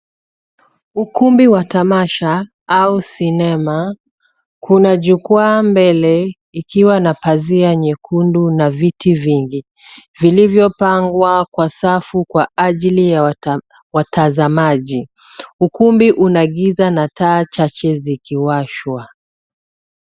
Ukumbi wa tamasha au sinema. Kuna jukwaa mbele ikiwa na pazia nyekundu na viti vingi vilivyopangwa kwa safu kwa ajili ya watazamaji. Ukumbi una giza na taa chache zikiwashwa.